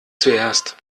zuerst